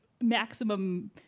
maximum